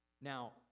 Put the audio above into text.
Now